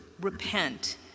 repent